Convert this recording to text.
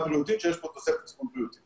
--- בריאותית, שיש פה תוספת סיכון בריאותי.